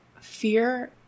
fear